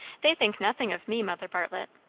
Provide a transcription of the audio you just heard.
they think nothing of me, mother bartlett.